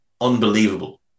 unbelievable